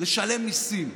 לשלם מיסים,